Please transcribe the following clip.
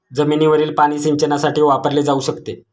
जमिनीवरील पाणी सिंचनासाठी वापरले जाऊ शकते